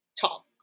Talk